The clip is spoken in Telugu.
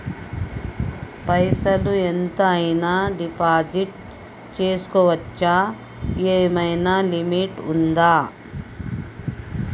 పైసల్ ఎంత అయినా డిపాజిట్ చేస్కోవచ్చా? ఏమైనా లిమిట్ ఉంటదా?